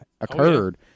occurred